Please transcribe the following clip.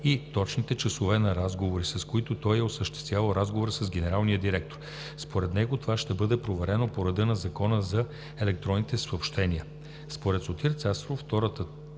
и точните часове, в които той е осъществявал разговор с генералния директор. Според него това ще бъде проверено по реда на Закона за електронните съобщения.